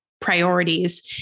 priorities